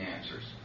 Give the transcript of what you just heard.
answers